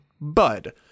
bud